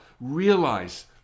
realize